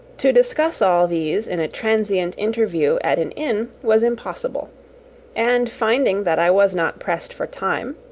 to discuss all these in a transient interview at an inn was impossible and finding that i was not pressed for time,